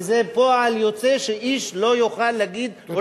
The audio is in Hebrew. כי זה פועל יוצא שאיש לא יוכל להגיד או